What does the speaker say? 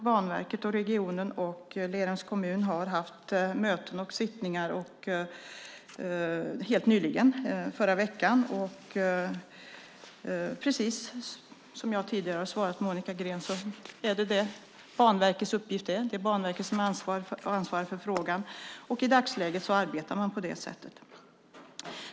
Banverket, regionen och Lerums kommun har haft möten och sittningar helt nyligen, förra veckan, och precis som jag tidigare har svarat Monica Green är det Banverkets uppgift - det är Banverket som har ansvaret för frågan. I dagsläget arbetar man på det sättet.